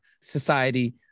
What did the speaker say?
society